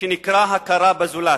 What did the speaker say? שנקרא "הכרה בזולת",